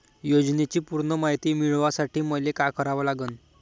योजनेची पूर्ण मायती मिळवासाठी मले का करावं लागन?